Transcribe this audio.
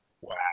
Wow